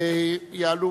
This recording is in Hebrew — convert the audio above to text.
7606,